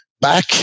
Back